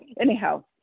anyhow